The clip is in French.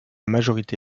majorité